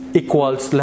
equals